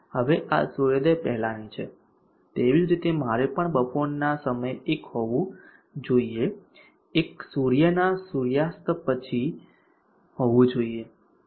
હવે આ સૂર્યોદય પહેલાની છે તેવી જ રીતે મારે પણ બપોરના સમયે એક હોવું જોઈએ અને એક સૂર્યના સૂર્યાસ્ત પછી હોવું જોઈએ